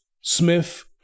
Smith